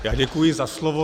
Já děkuji za slovo.